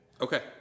Okay